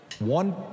One